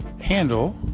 handle